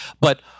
but-